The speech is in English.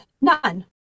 none